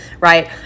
Right